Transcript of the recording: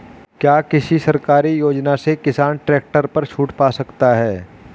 क्या किसी सरकारी योजना से किसान ट्रैक्टर पर छूट पा सकता है?